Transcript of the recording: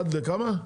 1 לכמה?